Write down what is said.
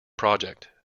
project